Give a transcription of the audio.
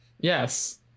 Yes